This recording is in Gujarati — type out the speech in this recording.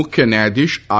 મુખ્ય ન્યાયાધીશ આર